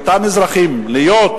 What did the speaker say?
לאותם אזרחים, להיות